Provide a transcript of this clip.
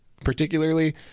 particularly